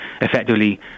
effectively